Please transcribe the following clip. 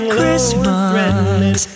Christmas